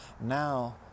now